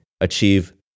achieve